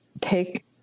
take